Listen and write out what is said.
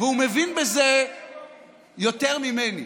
והוא מבין בזה יותר ממני,